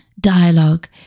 dialogue